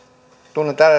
tunnen